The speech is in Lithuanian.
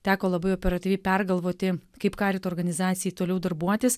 teko labai operatyviai pergalvoti kaip karito organizacijai toliau darbuotis